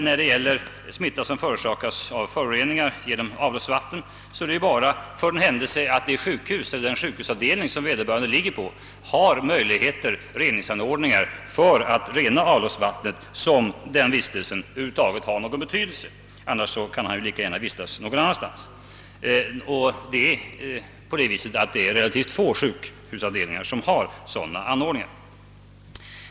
När det gäller smitta som förorsakas av föroreningar genom avloppsvatten, är det bara för den händelse att det sjukhus eller den sjukhusavdelning som vederbörande ligger på har reningsanordningar för att rena avloppsvattnet som denna vistelse har någon betydelse. Annars kan han lika gärna vistas någon annanstans. Det är relativt få sjukhusavdelningar som har sådana anordningar.